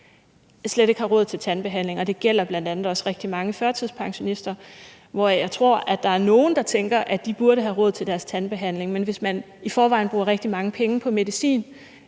slet ikke har råd til tandbehandling, og det gælder bl.a. også rigtig mange førtidspensionister, hvor jeg tænker nogle tænker, at de burde have råd til deres tandbehandling. Men hvis man i forvejen bruger rigtig mange penge på medicin